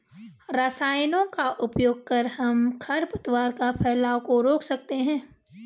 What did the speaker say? रसायनों का उपयोग कर हम खरपतवार के फैलाव को रोक सकते हैं